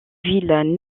ville